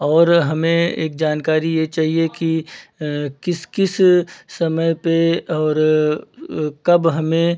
और हमें एक जानकारी ये चाहिए कि किस किस समय पे और कब हमें